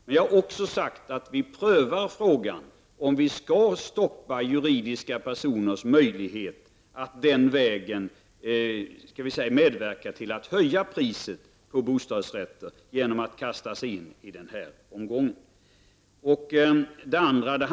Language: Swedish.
Men jag har också sagt att vi prövar frågan huruvida vi skall stoppa juridiska personers möjlighet att den här vägen så att säga medverka till att höja priset på bostadsrätter genom att kasta sig in på bostadsrättsmarknaden.